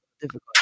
difficult